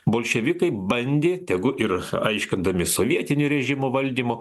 bolševikai bandė tegu ir aiškindami sovietinio režimo valdymu